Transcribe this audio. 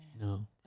No